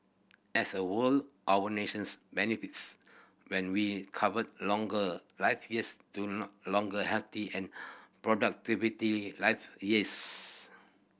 as a our nations benefits when we convert longer life years to longer healthy and productivity life years